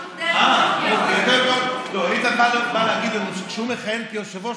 איתן בא להגיד לנו שכשהוא מכהן כיושב-ראש,